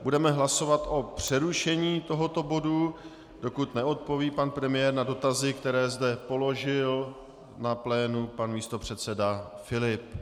Budeme hlasovat o přerušení tohoto bodu, dokud neodpoví pan premiér na dotazy, které zde položil na plénu pan místopředseda Filip.